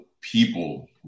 people